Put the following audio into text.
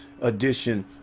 edition